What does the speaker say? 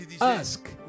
ask